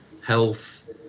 health